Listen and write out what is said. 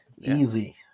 Easy